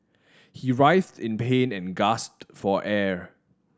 he writhed in pain and gasped for air